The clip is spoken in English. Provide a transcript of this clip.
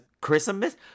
Christmas